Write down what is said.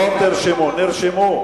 "נרשמו" ולא "תרשמו".